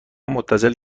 متصل